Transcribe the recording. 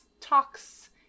talks